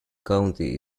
county